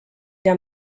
der